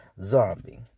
zombie